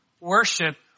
worship